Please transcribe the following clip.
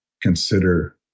consider